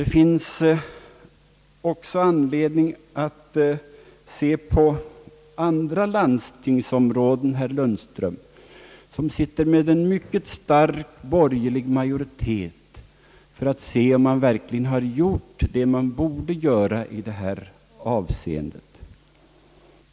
Det finns också anledning, herr Lundström, att se på andra landstingsområden som sitter med en verkligt stark borgerlig majoritet och undersöka om de verkligen gjort vad de borde göra i det här avseendet.